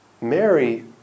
Mary